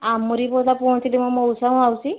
ଆମରି ପହଞ୍ଚିଲେ ମୋ ମଉସା ମାଉସୀ